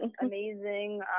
amazing